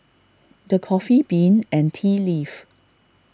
the Coffee Bean and Tea Leaf